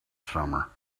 summer